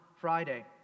Friday